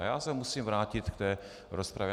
Já se musím vrátit k té rozpravě.